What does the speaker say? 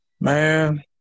Man